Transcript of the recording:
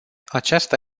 aceasta